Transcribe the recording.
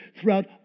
throughout